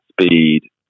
speed